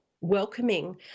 welcoming